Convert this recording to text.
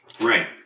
Right